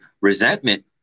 resentment